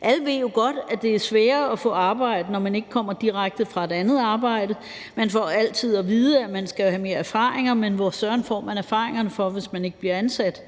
Alle ved jo godt, at det er sværere at få arbejde, når man ikke kommer direkte fra et andet arbejde. Man får altid at vide, at man skal have mere erfaring, men hvor søren får man erfaringen fra, hvis ikke man bliver ansat?